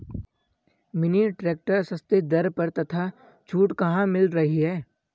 Mini tractor सस्ते दर पर तथा छूट कहाँ मिल रही है?